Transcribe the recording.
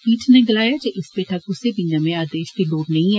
पीठ नै गलाया जे इस पैठा कुसै बी नमें आदेष दी लोड़ नेंई ऐ